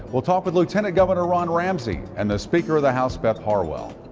we'll talk with lieutenant governor ron ramsey and the speaker of the house, beth harwell.